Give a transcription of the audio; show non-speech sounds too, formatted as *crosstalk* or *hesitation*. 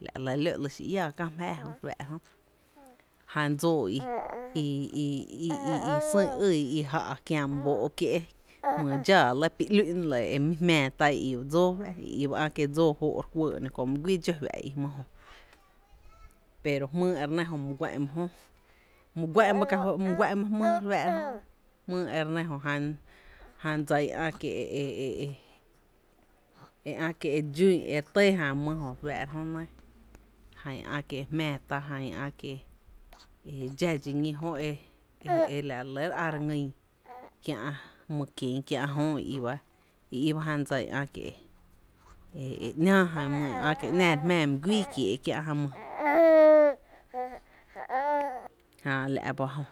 la nɇ ba re lɇ ló ´li xi iää kä my jáaá re fⱥⱥ’ra jö, jan dsóó i i i *noise* i sÿÿ’ ýý i ja’ kiä my bóó’ kié’, jmy dxáaá lɇ pí ‘lú’n lɇ e mi jmⱥⱥ ta i i ba dsóó fⱥ’ i i ba ä’ kie’ dsoo jö’ e re kuɇɇ ‘no köö my guíí dxó fⱥ’ i jmý jö pero jmýý ere nɇ my guá’n ba jö, my guá’n ba jmýý e re nɇ jö, jan dsa i ä’ kie’ e e *hesitation* e ä’ kie’ dxún e re tɇɇ jan my re fⱥⱥ’ra jö nɇ jan i ä’ kie´e jmⱥⱥ ta i ä’ kie´e dxa dxi ñí jö e la re lɇ re a re ngýn kiä’ my kien, kiä’ jöö i i ba jan dsa i ä’ kie’ e ‘náá jan my i ä’ kie’ ‘naa re jmⱥⱥ my guíí kiee’ kiä’ jan mý, *noise* jää la’ ba jö.